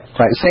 right